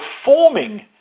performing